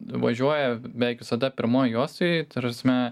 važiuoja beveik visada pirmoj juostoj ta prasme